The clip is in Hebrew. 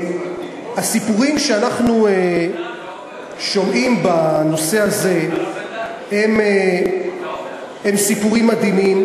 הסיפורים שאנחנו שומעים בנושא הזה הם סיפורים מדהימים,